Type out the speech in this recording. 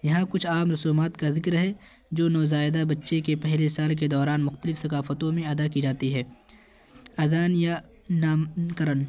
یہاں کچھ عام رسومات کا ذکر ہے جو نوزائیدہ بچے کے پہلے سال کے دوران مختلف ثقافتوں میں ادا کی جاتی ہے اذان یا نام کرن